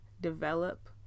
develop